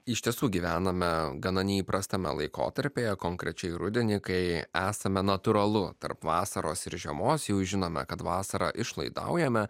iš tiesų gyvename gana neįprastame laikotarpyje konkrečiai rudenį kai esame natūralu tarp vasaros ir žiemos jau žinome kad vasarą išlaidaujame